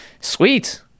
sweet